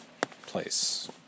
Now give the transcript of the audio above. place